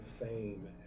fame